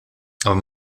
aber